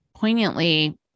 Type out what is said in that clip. poignantly